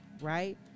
Right